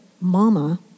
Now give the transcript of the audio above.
mama